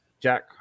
Jack